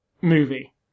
movie